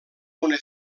una